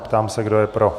Ptám se, kdo je pro.